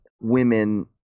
women